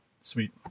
sweet